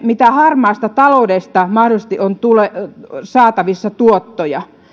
mitä harmaasta taloudesta mahdollisesti on saatavissa tuottoja